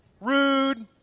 Rude